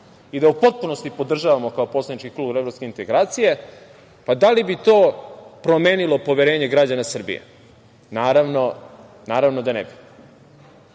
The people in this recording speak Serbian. i da u potpunosti podržavamo kao poslanički klub evropske integracije, da li bi ti promenilo poverenje građana Srbije? Naravno da ne